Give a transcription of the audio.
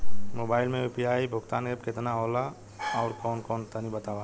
Mobile म UPI भुगतान app केतना होला आउरकौन कौन तनि बतावा?